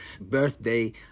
birthday